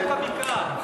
מלבד זאת, את חוק הבקעה?